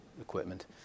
equipment